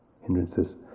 hindrances